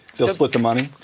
they'll split the money?